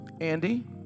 Andy